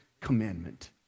commandment